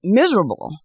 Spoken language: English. miserable